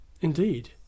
indeed